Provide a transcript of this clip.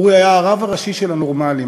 אורי היה הרב הראשי של הנורמלים.